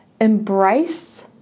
embrace